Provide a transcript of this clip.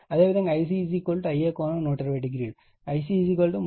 అదేవిధంగా Ic Ia ∠120o Ic 33